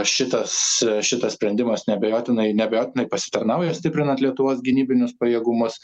šitas šitas sprendimas neabejotinai neabejotinai pasitarnauja stiprinant lietuvos gynybinius pajėgumus